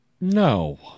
No